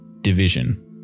division